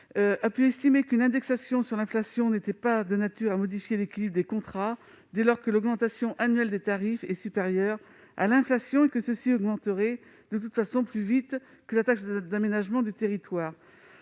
estime qu'une indexation sur l'inflation n'est pas de nature à modifier l'équilibre des contrats, dès lors que l'augmentation annuelle des tarifs est supérieure à l'inflation et que ceux-ci augmentent, de toute façon, plus vite que la taxe d'aménagement du territoire.